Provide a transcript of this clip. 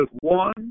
one